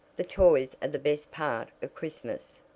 the toys are the best part of christmas.